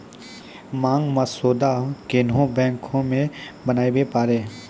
मांग मसौदा कोन्हो बैंक मे बनाबै पारै